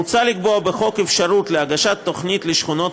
מוצע לקבוע בחוק אפשרות להגיש תוכנית לשכונת